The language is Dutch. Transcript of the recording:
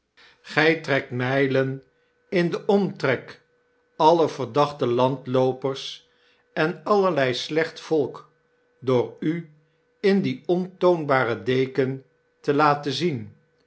gij trekt mijlen in den omtrek alle verdachte landloopers en allerlei slecht volk door u in die ontoonbare deken te laten zien